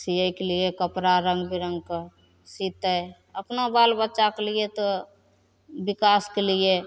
सिएके लिए कपड़ा रङ्ग बिरङ्गके सितै अपना बाल बच्चाके लिए तऽ विकासके लिए